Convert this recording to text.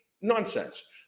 nonsense